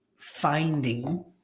finding